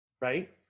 right